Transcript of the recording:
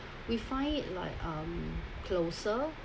we find it like um closer